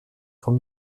vom